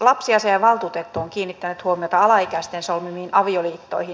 lapsiasiavaltuutettu on kiinnittänyt huomiota alaikäisten solmimiin avioliittoihin